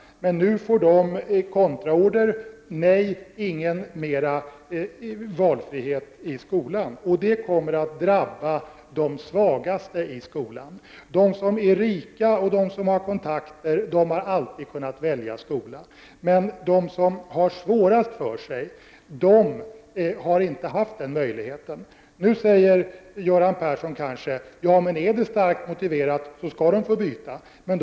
Nu får de kontraorder: Nej, ingen mer valfrihet i skolan. Det kommer att drabba de svagaste i skolan. De som är rika och de som har kontakter har alltid kunnat välja skola. De som har svårast för sig har dock inte haft den möjligheten. Nu säger Göran Persson kanske att om det är starkt motiverat skall man få byta skola.